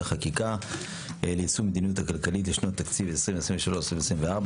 חקיקה ליישום המדיניות הכלכלית לשנות תקציב 2023 ו-2024,